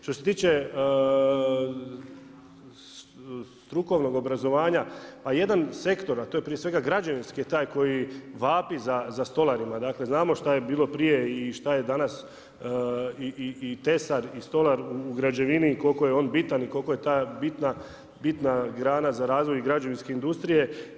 Što se tiče strukovnog obrazovanja, jedan sektor, a to je prije svega građevinski taj koji vapi za stolarima, dakle znamo šta je bilo prije i šta je danas i tesar i stolar u građevini i koliko je on bitan i koliko je ta bitna grana za razvoj građevinske industrije.